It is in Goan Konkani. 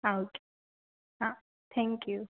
आं ओके आं थँक्यू